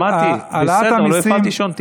שמעתי, בסדר, לא הפעלתי שעון.